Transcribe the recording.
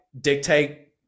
dictate